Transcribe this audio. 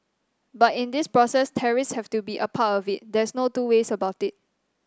but in this process tariffs have to be part of it there's no two ways about it